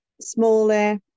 smaller